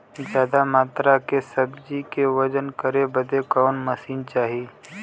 ज्यादा मात्रा के सब्जी के वजन करे बदे कवन मशीन चाही?